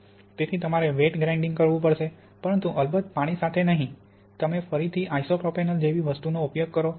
તેથી તમારે wet grinding કરવું પડશે પરંતુ અલબત્ત પાણી સાથેનહીં તમે ફરીથી આઇસોપ્રોપેનોલ જેવી વસ્તુનો ઉપયોગ કરો